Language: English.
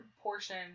portion